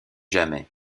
jamais